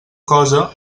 cosa